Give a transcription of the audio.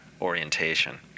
orientation